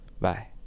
Bye